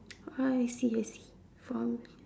ah I see I see